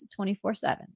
24-7